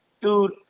dude